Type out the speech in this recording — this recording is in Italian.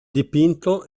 dipinto